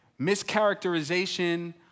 mischaracterization